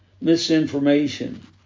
misinformation